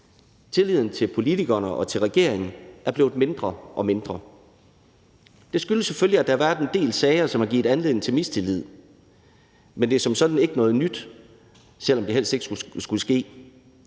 Tilliden til politikerne og til regeringen er blevet mindre og mindre. Det skyldes selvfølgelig, at der har været en del sager, som har givet anledning til mistillid. Men det er som sådan ikke noget nyt, selv om det helst ikke skulle ske.